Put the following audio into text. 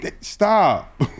Stop